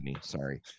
sorry